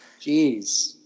jeez